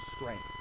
strength